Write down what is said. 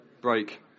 break